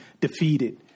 defeated